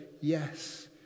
yes